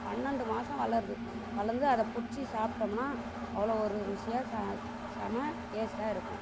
பன்னெண்டு மாதம் வளருது வளர்ந்து அதை பிடிச்சி சாப்பிட்டோம்னா அவ்வளோ ஒரு ருசியாக ச செம டேஸ்ட்டாக இருக்கும்